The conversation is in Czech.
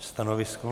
Stanovisko?